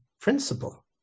principle